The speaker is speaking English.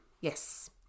Yes